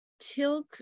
tilk